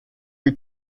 you